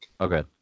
Okay